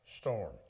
storm